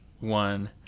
one